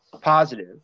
positive